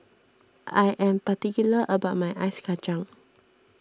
I am particular about my Ice Kacang